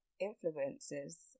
influences